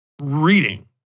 reading